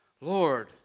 Lord